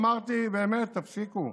אמרתי: באמת, תפסיקו.